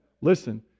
listen